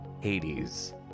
Hades